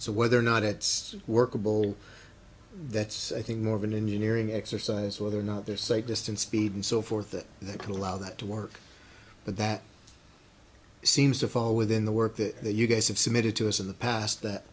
so whether or not it's workable that's i think more of an engineering exercise whether or not they're safe distance speed and so forth that they're cool allow that to work but that seems to fall within the work that you guys have submitted to us in the past that